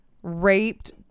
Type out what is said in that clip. raped